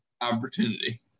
opportunity